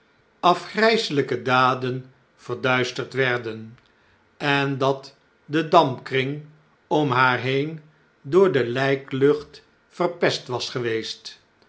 afgrijselijke daden verduisterd werden en dat de dampkring om haar heen door de lijklucht verpest was geweest